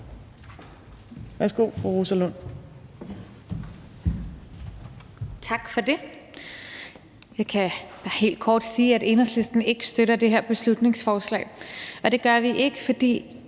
Værsgo til fru Rosa Lund.